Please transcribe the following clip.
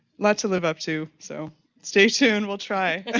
lots to live up to so stay tuned, we'll try.